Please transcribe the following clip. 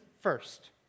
first